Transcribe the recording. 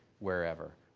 wherever,